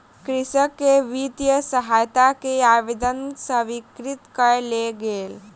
कृषक के वित्तीय सहायता के आवेदन स्वीकृत कय लेल गेल